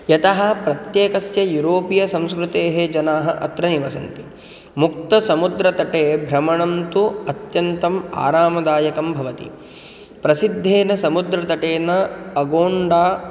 यतः प्रत्येकस्य युरोपीय संस्कृतेः जनाः अत्र निवसन्ति मुक्तसमुद्रतटे भ्रमणं तु अत्यन्तम् आरामदायकं भवति प्रसिद्धेन समुद्रतटेन अगोण्डा